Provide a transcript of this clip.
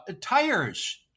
tires